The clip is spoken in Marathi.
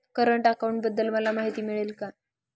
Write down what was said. करंट अकाउंटबद्दल मला माहिती मिळेल का?